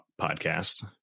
podcasts